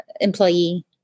employee